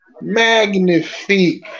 Magnifique